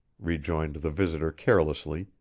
rejoined the visitor carelessly,